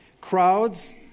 Crowds